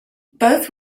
both